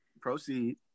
Proceed